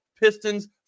pistons